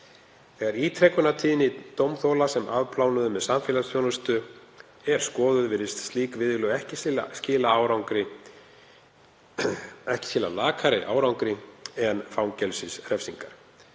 Þegar ítrekunartíðni dómþola sem afplánuðu með samfélagsþjónustu er skoðuð virðast slík viðurlög ekki skila lakari árangri en fangelsisrefsingar.